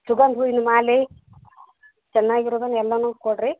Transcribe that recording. ಸುಗಂಧ ಹೂವಿನ ಮಾಲೆ ಚೆನ್ನಾಗಿರೋದನ್ನು ಎಲ್ಲನು ಕೊಡಿರಿ